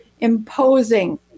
imposing